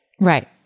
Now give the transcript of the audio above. Right